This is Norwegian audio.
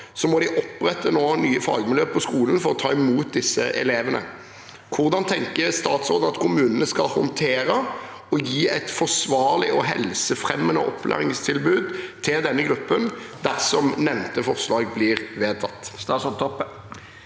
må de opprette et fagmiljø på skolen for å ta imot disse elevene. Hvordan tenker statsråden at kommunene skal håndtere og gi et forsvarlig og helsefremmende opplæringstilbud til denne gruppen, dersom nevnte forslag blir vedtatt?»